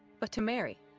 but to marry.